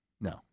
No